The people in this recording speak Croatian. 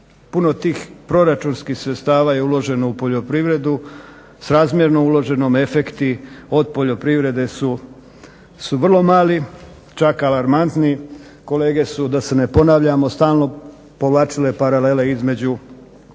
puno tih proračunskih sredstava je uloženo u poljoprivredu s razmjerno uloženom efekti od poljoprivredi su vrlo mali čak alarmantni. Kolege su da se ne ponavljamo stalno povlačile paralele između izvoza